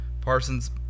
Parsons